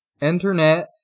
Internet